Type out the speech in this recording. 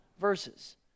verses